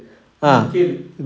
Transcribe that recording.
mm கேளு:kelu